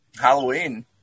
Halloween